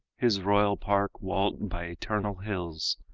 his royal park, walled by eternal hills,